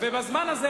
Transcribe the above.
ובזמן הזה,